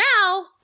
now